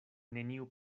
neniu